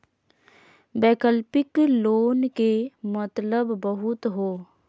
वैकल्पिक लोन के मतलब बताहु हो?